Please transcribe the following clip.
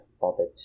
bothered